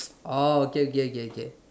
oh okay okay okay okay